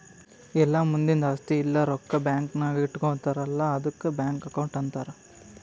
ಎಲ್ಲಾ ಮಂದಿದ್ ಆಸ್ತಿ ಇಲ್ಲ ರೊಕ್ಕಾ ಬ್ಯಾಂಕ್ ನಾಗ್ ಇಟ್ಗೋತಾರ್ ಅಲ್ಲಾ ಆದುಕ್ ಬ್ಯಾಂಕ್ ಅಕೌಂಟ್ ಅಂತಾರ್